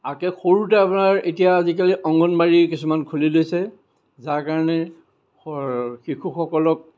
আৰু কিবা সৰুতে আপোনাৰ এতিয়া আজিকালি অংগনবাদী কিছুমান খুলি লৈছে যাৰ কাৰণে শিশুসকলক